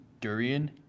durian